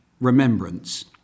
remembrance